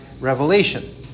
revelation